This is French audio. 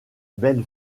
belle